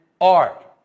art